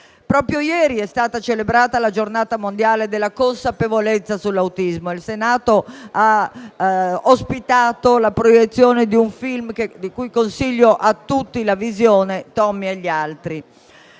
Proprio ieri è stata celebrata la Giornata mondiale della consapevolezza sull'autismo. Il Senato ha ospitato la proiezione di un film, di cui consiglio a tutti la visione, «Tommy e gli altri».